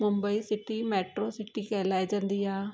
Mumbai city metro city कहलाइजंदी आहे